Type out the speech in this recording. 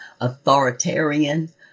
authoritarian